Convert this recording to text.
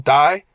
die